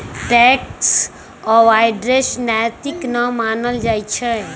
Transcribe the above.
tax avoidance नैतिक न मानल जाइ छइ